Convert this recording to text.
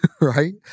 right